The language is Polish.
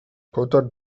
potarł